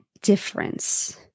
difference